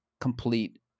complete